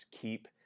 keep